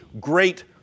great